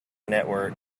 network